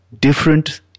different